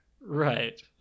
Right